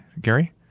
Gary